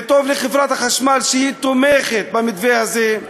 זה טוב לחברת החשמל, שתומכת במתווה הזה.